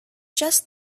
just